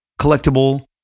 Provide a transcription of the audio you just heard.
collectible